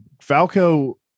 Falco